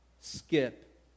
skip